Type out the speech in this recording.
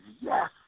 Yes